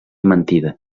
mentida